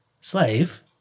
slave